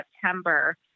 September